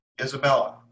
Isabella